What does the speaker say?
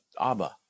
Abba